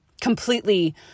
completely